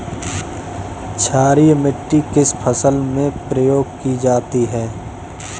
क्षारीय मिट्टी किस फसल में प्रयोग की जाती है?